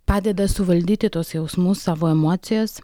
padeda suvaldyti tuos jausmus savo emocijas